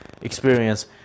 experience